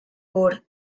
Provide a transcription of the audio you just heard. por